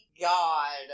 God